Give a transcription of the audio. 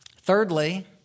Thirdly